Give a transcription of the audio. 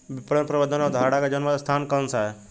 विपणन प्रबंध अवधारणा का जन्म स्थान कौन सा है?